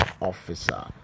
Officer